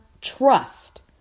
trust